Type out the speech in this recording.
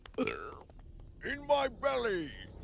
but in my belly!